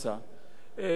כל משפחה,